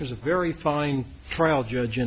there's a very fine trial judge